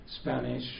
Spanish